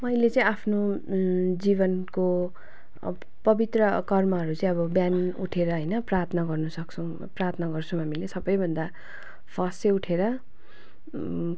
मैले चाहिँ आफ्नो जीवनको अब पवित्र कर्महरू चाहिँ अब बिहान उठेर होइन प्रार्थना गर्नुसक्छु प्रार्थना गर्छु हामीले सबैभन्दा फर्स्ट चाहिँ उठेर